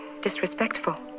disrespectful